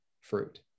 fruit